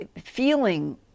feeling